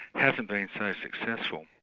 hasn't been so successful.